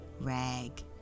rag